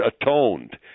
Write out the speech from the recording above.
atoned